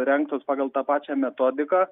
rengtos pagal tą pačią metodiką